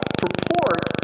purport